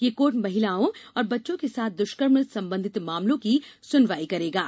ये कोर्ट महिलाओं और बच्चों के साथ द्रष्कर्म संबंधित मामलों की सुनवाई करेंगे